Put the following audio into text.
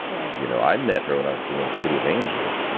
right. you know, i met her when i was doing city of angels, ah